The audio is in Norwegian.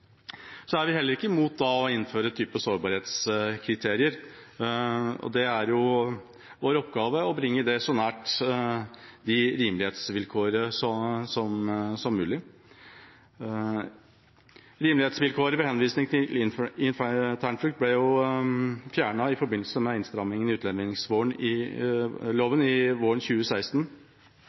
Vi er heller ikke imot å innføre en type sårbarhetskriterier. Vår oppgave er å bringe det så nært rimelighetsvilkåret som mulig. Rimelighetsvilkåret ved henvisning til internflukt ble fjernet i forbindelse med innstrammingene i